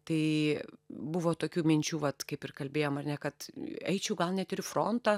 tai buvo tokių minčių vat kaip ir kalbėjom ar ne kad eičiau gal net ir į frontą